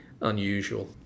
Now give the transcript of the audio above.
unusual